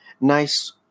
nice